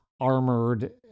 armored